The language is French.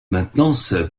maintenance